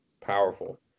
Powerful